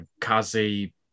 Kazi